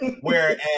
whereas